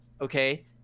okay